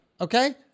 Okay